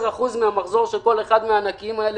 אחוזים מהמחזור של כל אחד מהענקים האלה,